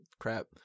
Crap